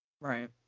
Right